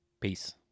Peace